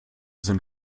sind